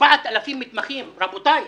4,000 מתמחים, רבותיי.